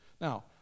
Now